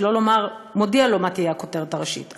שלא לומר מודיע לו מה תהיה הכותרת הראשית.